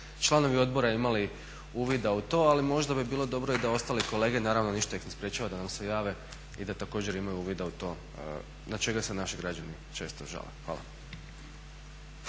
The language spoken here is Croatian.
članovi odbora imali uvida u to, ali možda bi bilo dobro i da ostali kolege, naravno ništa ih ne sprječava da nam se jave i da također imaju uvida u to na čega se naši građane često žale. Hvala.